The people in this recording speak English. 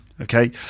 okay